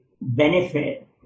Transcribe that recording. benefit